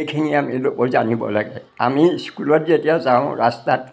এইখিনি আমি ল'ব জানিব লাগে আমি স্কুলত যেতিয়া যাওঁ ৰাস্তাত